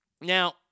Now